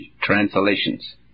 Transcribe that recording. Translations